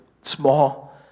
small